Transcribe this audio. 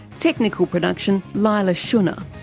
technical production leila shunnar,